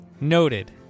noted